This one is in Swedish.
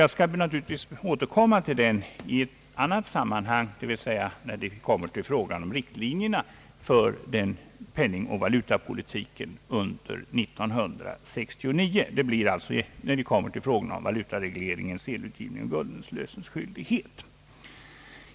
Jag skall därför återkomma till detta problem i ett annat sammanhang, nämligen när vi skall diskutera riktlinjerna för penningoch valutapolitiken under år 1969. Det blir alltså när vi skall behandla frågorna om valutaregleringen, sedelutgivningen och guldinlösensskyldigheten.